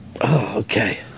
okay